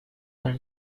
para